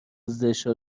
زشتها